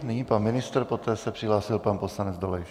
Nyní pan ministr, poté se přihlásil poslanec Dolejš.